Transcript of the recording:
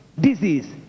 disease